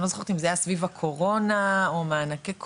אני לא זוכרת אם זה היה סביב הקורונה או מענקי קורונה.